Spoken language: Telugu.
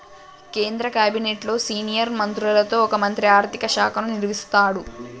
కేంద్ర క్యాబినెట్లో సీనియర్ మంత్రులలో ఒక మంత్రి ఆర్థిక శాఖను నిర్వహిస్తాడు